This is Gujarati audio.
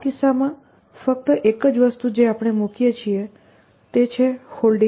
આ કિસ્સામાં ફક્ત એક જ વસ્તુ જે આપણે મુકીએ છીએ તે છે Holding